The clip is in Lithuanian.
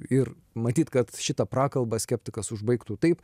ir matyt kad šitą prakalbą skeptikas užbaigtų taip